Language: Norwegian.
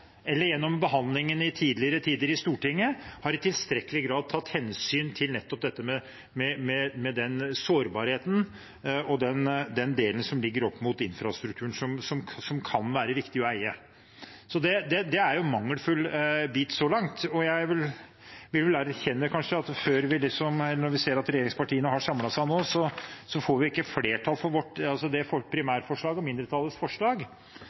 eller gjennom behandlingen i tidligere tider i Stortinget i tilstrekkelig grad tatt hensyn til nettopp sårbarheten og den delen som ligger opp mot infrastrukturen, som kan være viktig å eie. Så det er en mangelfull bit så langt. Jeg må vel erkjenne at når vi ser at regjeringspartiene nå har samlet seg, får vi ikke flertall for vårt primærforslag, mindretallets forslag. Jeg vil allikevel utfordre statsråden på om